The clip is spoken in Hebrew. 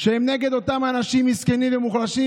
שהן נגד אותם אנשים מסכנים ומוחלשים,